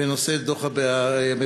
בנושא דוח המבקר.